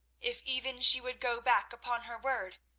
if even she would go back upon her word,